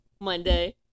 Monday